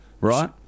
right